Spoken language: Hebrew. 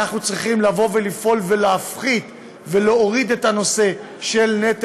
אנחנו צריכים לפעול ולהפחית ולהוריד את נטל